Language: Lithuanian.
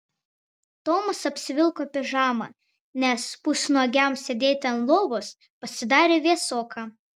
tomas apsivilko pižamą nes pusnuogiam sėdėti ant lovos pasidarė vėsoka